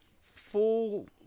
full